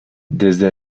desde